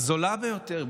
הזולה ביותר.